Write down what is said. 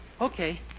Okay